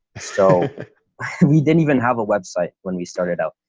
so we didn't even have a website when we started out.